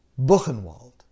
Buchenwald